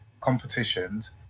competitions